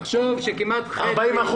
תחשוב שכמעט חצי.